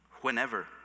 Whenever